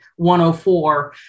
104